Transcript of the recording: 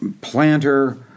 planter